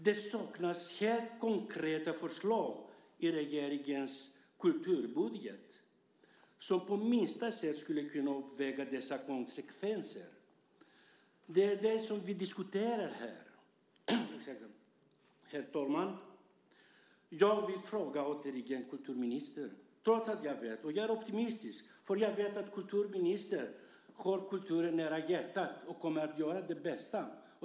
Det saknas helt konkreta förslag i regeringens kulturbudget som på minsta sätt skulle kunna uppväga dessa konsekvenser. Det är det som vi diskuterar här. Herr talman! Jag vill återigen ställa min fråga till kulturministern, och jag är optimistisk, därför att jag vet att kulturministern har kulturen nära hjärtat och kommer att göra sitt bästa.